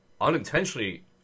unintentionally